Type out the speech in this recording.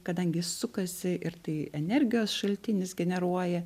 kadangi sukasi ir tai energijos šaltinis generuoja